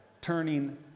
turning